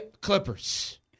Clippers